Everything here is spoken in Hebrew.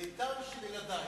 ביתם של ילדי.